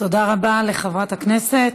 תודה רבה לחברת הכנסת.